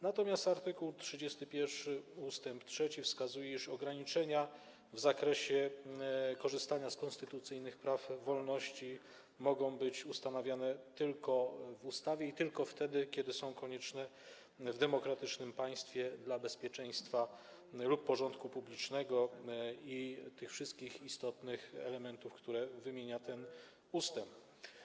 Natomiast art. 31 ust. 3 wskazuje, iż ograniczenia w zakresie korzystania z konstytucyjnych praw i wolności mogą być ustanawiane tylko w ustawie i tylko wtedy, kiedy są konieczne w demokratycznym państwie dla bezpieczeństwa lub porządku publicznego i wszystkich istotnych elementów, które są wymienione w tym ustępie.